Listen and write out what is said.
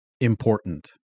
important